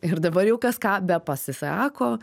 ir dabar jau kas ką bepasisako